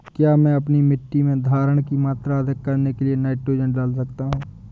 क्या मैं अपनी मिट्टी में धारण की मात्रा अधिक करने के लिए नाइट्रोजन डाल सकता हूँ?